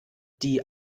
die